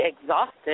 exhausted